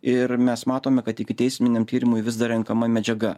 ir mes matome kad ikiteisminiam tyrimui vis dar renkama medžiaga